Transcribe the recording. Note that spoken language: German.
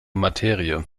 materie